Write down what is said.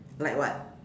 like what